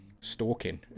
stalking